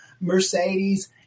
Mercedes